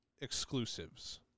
exclusives